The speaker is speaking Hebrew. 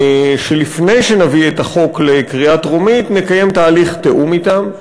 שלפני שנביא את החוק לקריאה טרומית נקיים תהליך תיאום אתם.